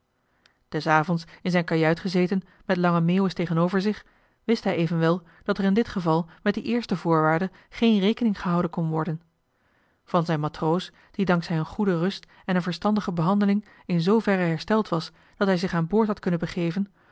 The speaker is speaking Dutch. des avonds in zijn kajuit gezeten met lange meeuwis tegenover zich wist hij evenwel dat er in dit geval met die eerste voorwaarde geen rekening gehouden kon worden van zijn matroos die dank zij een goede rust en een verstandige behandeling in zooverre hersteld was dat hij zich aan boord had kunnen begeven